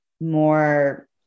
more